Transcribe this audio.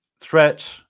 threat